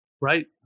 Right